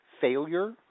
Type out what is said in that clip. failure